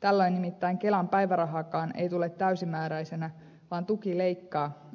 tällöin nimittäin kelan päivärahaakaan ei tule täysimääräisenä vaan